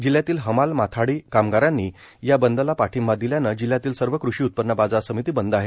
जिल्ह्यातील हमाल माथाडी कामगारांनी या बंदला पाठिंबा दिल्यानं जिल्ह्यातील सर्व कृषी उत्पन्न बाजार समिती बंद आहेत